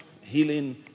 healing